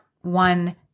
one